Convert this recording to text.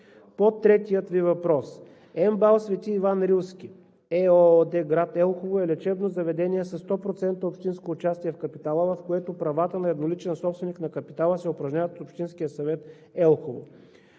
за активно лечение „Св. Иван Рилски“ ЕООД – град Елхово, е лечебно заведение със 100 % общинско участие в капитала, в което правата на едноличен собственик на капитала се упражняват от Общинския съвет в Елхово.